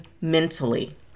mentally